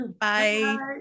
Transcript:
Bye